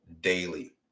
daily